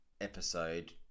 episode